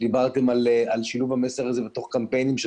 שדיברתם על שילוב המסר הזה בקמפיינים של